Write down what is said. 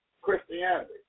Christianity